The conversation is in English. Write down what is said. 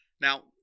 Now